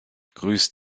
grüß